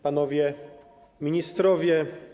Panowie Ministrowie!